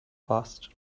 fast